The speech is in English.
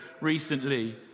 recently